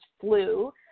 flu